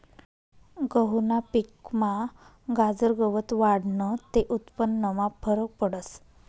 गहूना पिकमा गाजर गवत वाढनं ते उत्पन्नमा फरक पडस